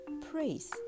praise